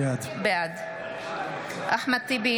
בעד אחמד טיבי,